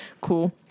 Cool